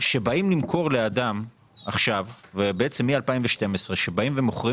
שבאים למכור לאדם עכשיו ובעצם מ-2012 כשבאים ומוכרים